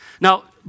Now